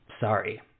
sorry